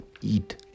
eat